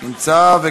נמצא.